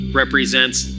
represents